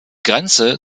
grenze